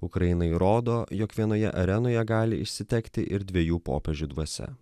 ukrainai rodo jog vienoje arenoje gali išsitekti ir dviejų popiežių dvasia